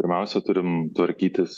pirmiausia turim tvarkytis